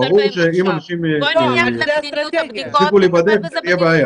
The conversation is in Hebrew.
ברור שאם אנשים יפסיקו להיבדק זו תהיה בעיה.